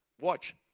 Watch